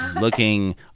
looking